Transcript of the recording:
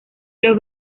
los